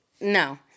no